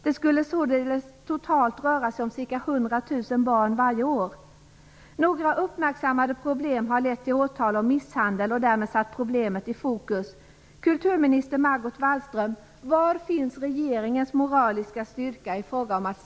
Det skulle således totalt röra sig om cirka 100 000 barn varje år. Några uppmärksammade problem har lett till åtal om misshandel och därmed satt problemet i fokus."